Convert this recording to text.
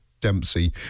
Dempsey